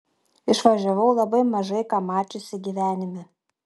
išvažiavau labai mažai ką mačiusi gyvenime